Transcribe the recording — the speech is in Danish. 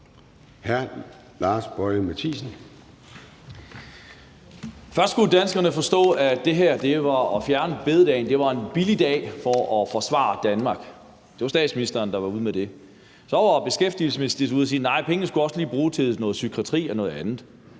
Først skulle danskerne forstå, at det her med at fjerne bededagen var billigt for at forsvare Danmark. Det var statsministeren, der var ude med det. Så var beskæftigelsesministeren ude at sige, at nej, pengene skulle også lige bruges til psykiatrien og noget